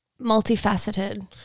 multifaceted